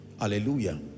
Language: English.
Hallelujah